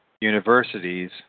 universities